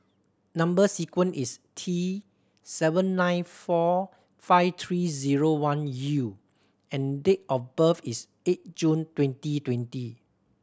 number sequence is T seven nine four five three zero one U and date of birth is eight June twenty twenty